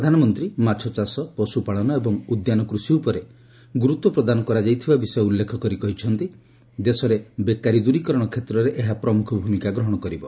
ପ୍ରଧାନମନ୍ତ୍ରୀ ମାଛଚାଷ ପଶୁପାଳନ ଏବଂ ଉଦ୍ୟାନ କୃଷି ଉପରେ ଗୁରୁତ୍ୱ ପ୍ରଦାନ କରାଯାଇଥିବା ବିଷୟ ଉଲ୍ଲେଖ କରି କହିଛନ୍ତି ଦେଶରେ ବେକାରୀ ଦୂରୀକରଣ କ୍ଷେତ୍ରରେ ଏହା ପ୍ରମୁଖ ଭୂମିକା ଗ୍ରହଣ କରିବ